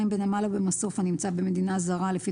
בנמל או במסוף הנמצא במדינה זרה לפי